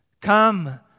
Come